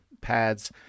pads